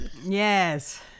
Yes